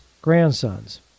Grandsons